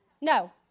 No